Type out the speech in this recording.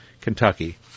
Kentucky